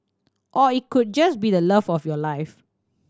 or it could just be the love of your life